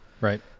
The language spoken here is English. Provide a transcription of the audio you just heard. right